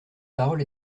parole